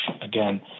again